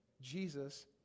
Jesus